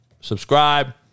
Subscribe